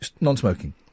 non-smoking